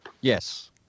Yes